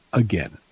again